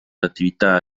attività